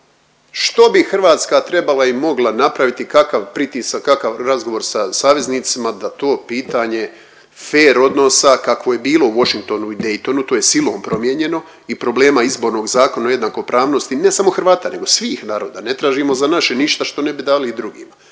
Što bi Hrvatska trebala i mogla napraviti kakav pritisak, kakav razgovor sa saveznicima da to pitanje fer odnosa kakvo je bilo u Washingtonu i Daytonu to je silom promijenjeno i problema izbornog zakona jednakopravnosti ne samo Hrvata nego svih naroda, ne tražimo za ništa što ne bi dali i drugima